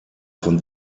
von